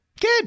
good